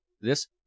this